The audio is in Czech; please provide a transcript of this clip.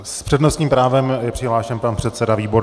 S přednostním právem je přihlášen pan předseda Výborný.